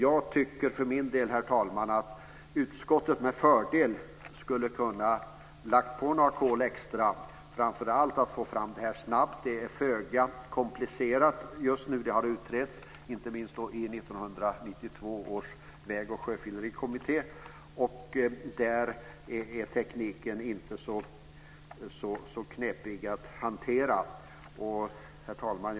Jag tycker för min del, herr talman, att utskottet med fördel skulle ha kunnat lägga på några kol extra, framför allt för att snabbt få fram en åtgärd. Det som krävs är föga komplicerat. Frågan har utretts inte minst av 1992 års väg och sjöfyllerikommitté. Tekniken är inte så knepig att hantera. Herr talman!